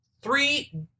Three